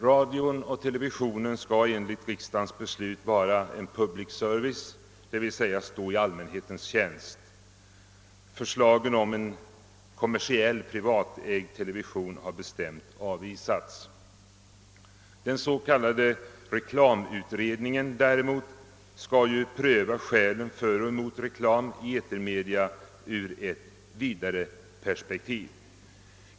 Radion och televisionen skall enligt riksdagens beslut vara en public service, d. v. s. stå i allmänhetens tjänst. Förslaget om en kommersiellt privatägd television har bestämt avvisats. Den s.k. reklamutredningen skall däremot pröva skälen för och emot reklam i etermedia ur ett vidare perspektiv.